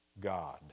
God